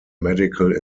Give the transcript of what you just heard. medical